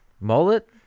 Mullet